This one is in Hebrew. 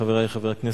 חברי חברי הכנסת,